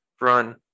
run